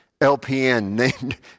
LPN